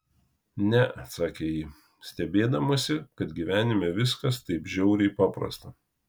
ne atsakė ji stebėdamasi kad gyvenime viskas taip žiaunai paprasta